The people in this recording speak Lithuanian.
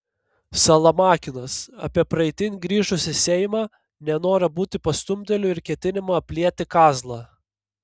salamakinas apie praeitin grįžusį seimą nenorą būti pastumdėliu ir ketinimą aplieti kazlą